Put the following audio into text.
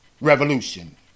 revolution